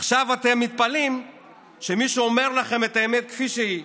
עכשיו אתם מתפלאים שמישהו אומר לכם את האמת כפי שהיא,